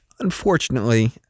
Unfortunately